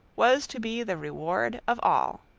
was to be the reward of all.